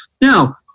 Now